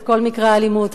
את כל מקרי האלימות,